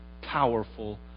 powerful